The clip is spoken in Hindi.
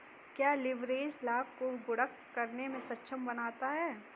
क्या लिवरेज लाभ को गुणक करने में सक्षम बनाता है?